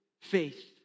faith